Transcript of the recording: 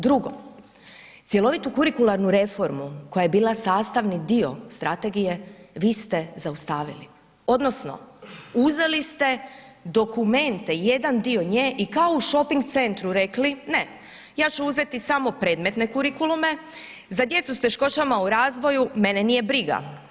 Drugo, cjelovitu kurikularnu reformu koja je bila sastavni dio strategije vi ste zaustavili, odnosno uzeli ste dokumente, jedan dio nje i kao u šoping centru rekli ne, ja ću uzeti samo predmetne kurikulume, za djecu sa teškoćama u razvoju mene nije briga.